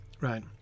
Right